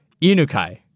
Inukai